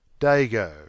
Dago